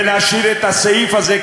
ולהשאיר את הסעיף הזה,